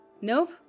Nope